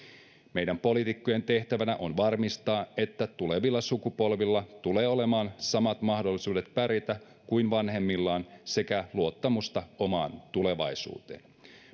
meidän poliitikkojen tehtävänä on varmistaa että tulevilla sukupolvilla tulee olemaan samat mahdollisuudet pärjätä kuin vanhemmillaan sekä luottamusta omaan tulevaisuuteen